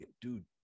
dude